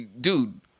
Dude